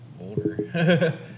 older